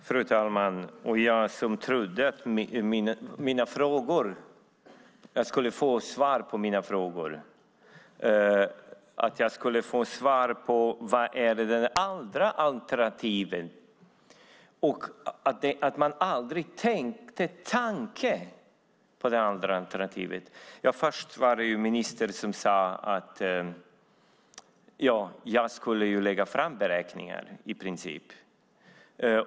Fru talman! Jag trodde att jag skulle få svar på mina frågor. Jag trodde att jag skulle få svar på vilket det andra alternativet är. Tänkte man aldrig på det andra alternativet? Först sade ministern att jag skulle lägga fram beräkningar.